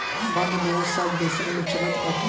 बंध निवेश सब देसन में चलत बाटे